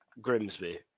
Grimsby